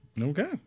Okay